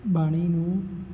ਬਾਣੀ ਨੂੰ